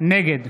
נגד